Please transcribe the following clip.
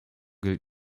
gilt